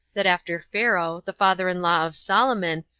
that after pharaoh, the father-in-law of solomon,